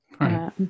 Right